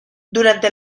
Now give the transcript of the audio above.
durante